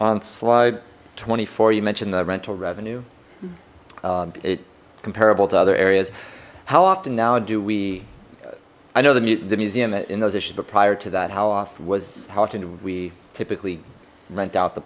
on slide twenty four you mentioned the rental revenue it comparable to other areas how often now do we i know the museum in those issues were prior to that how oft was houghton we typically rent out the